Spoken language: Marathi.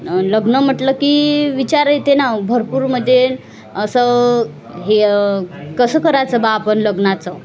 लग्न म्हटलं की विचार येते ना भरपूरमध्ये असं हे कसं करायचं बा आपण लग्नाचं